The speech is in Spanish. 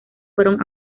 fueron